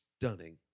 stunning